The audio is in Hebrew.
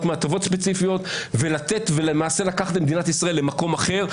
מהטבות ספציפיות ולמעשה לקחת את מדינת ישראל למקום אחר,